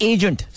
Agent